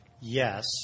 Yes